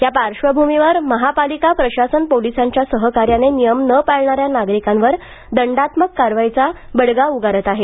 या पार्श्वभूमीवर महापालिका प्रशासन पोलिसांच्या सहकार्याने नियम न पाळणाऱ्या नागरिकांवर दंडात्मक कारवाईचा बडगा उगारत आहे